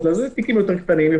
לתיקים היותר קטנים,